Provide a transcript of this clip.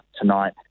tonight